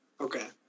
Okay